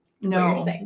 No